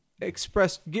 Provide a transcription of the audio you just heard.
expressed